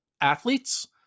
athletes